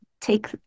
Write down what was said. take